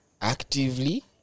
actively